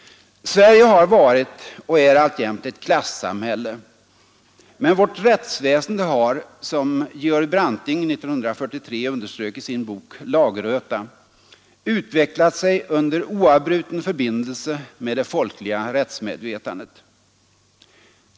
Sverige har varit och är alltjämt ett klassamhälle, men vårt rättsväsende har, som Georg Branting 1943 underströk i sin bok Lagröta, ”utvecklat sig under oavbruten förbindelse med det folkliga rättsmedvetandet”.